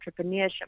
entrepreneurship